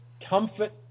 Comfort